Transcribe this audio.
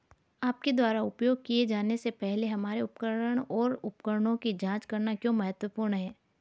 आपके द्वारा उपयोग किए जाने से पहले हमारे उपकरण और उपकरणों की जांच करना क्यों महत्वपूर्ण है?